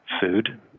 food